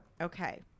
Okay